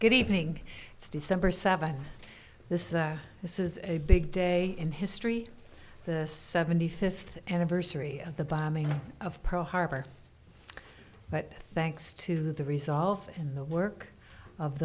good evening it's december seventh this is this is a big day in history the seventy fifth anniversary of the bombing of pearl harbor but thanks to the resolve and the work of